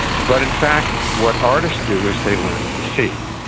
but in fact, what artists do is they learn to see.